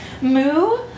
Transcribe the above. Moo